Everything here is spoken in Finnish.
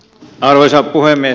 arvoisa puhemies